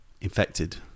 infected